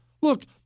Look